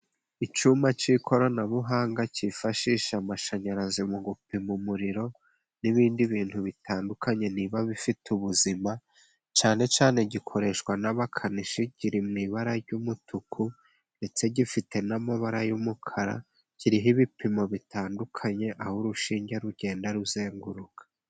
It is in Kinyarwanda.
Icyuma cy'ikoranabuhanga, cyifashisha amashanyarazi mu gupima umuriro, n'ibindi bintu bitandukanye biba bifite ubuzima, cyane cyane gikoreshwa n'abakanishi. Kiri mu ibara ry'umutuku ndetse gifite n'amabara y'umukara, kiriho ibipimo bitandukanye aho urushinge rugenda ruzenguruka.